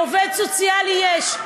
עובד סוציאלי יש.